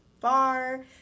far